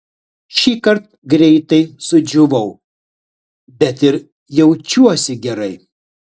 šįkart greitai sudžiūvau bet ir jaučiuosi gerai